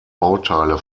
bauteile